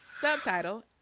Subtitle